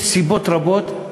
יש סיבות רבות,